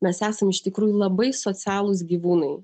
mes esam iš tikrųjų labai socialūs gyvūnai